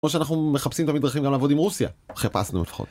כמו שאנחנו מחפשים תמיד דרכים גם לעבוד עם רוסיה. חיפשנו לפחות.